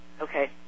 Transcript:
Okay